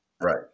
Right